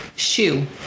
shoe